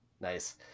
Nice